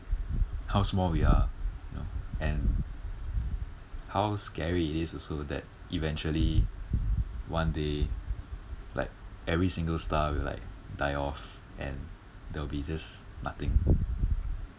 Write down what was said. how small we are you know and how scary it is also that eventually one day like every single star will like die off and there will be just nothing